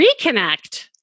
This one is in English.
Reconnect